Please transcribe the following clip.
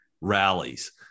rallies